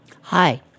Hi